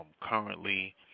Currently